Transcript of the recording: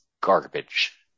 garbage